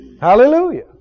Hallelujah